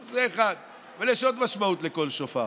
זה, 1. אבל יש עוד משמעות לקול שופר,